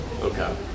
Okay